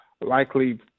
likely